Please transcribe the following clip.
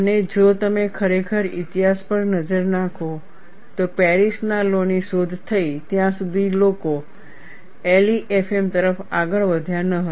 અને જો તમે ખરેખર ઈતિહાસ પર નજર નાખો તો પેરિસના લૉ ની શોધ થઈ ત્યાં સુધી લોકો LEFM તરફ આગળ વધ્યા ન હતા